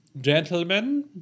gentlemen